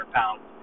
pounds